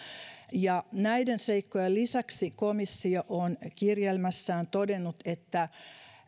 näiden seikkojen lisäksi komissio on kirjelmässään todennut että